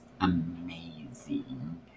amazing